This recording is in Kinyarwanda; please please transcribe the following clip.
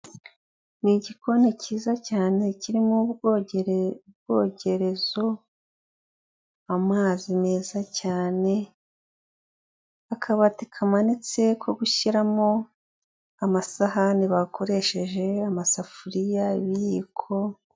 Ni igikoni cyiza cyane kirimo ubwongere ubwongerezo, amazi meza cyane akabati kamanitse ko gushyiramo amasahani bakoresheje amasafuriya ibiyiko.